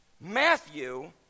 Matthew